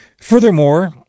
Furthermore